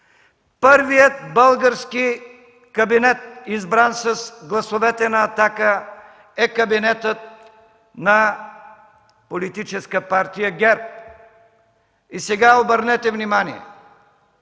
Първият български кабинет, избран с гласовете на „Атака”, е кабинетът на Политическа партия ГЕРБ. Сега обърнете внимание